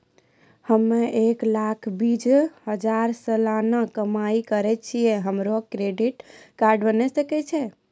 हम्मय एक लाख बीस हजार सलाना कमाई करे छियै, हमरो क्रेडिट कार्ड बने सकय छै?